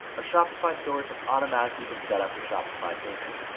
our shopify stores have automatically been set up with shopify payments,